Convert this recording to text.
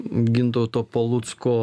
gintauto palucko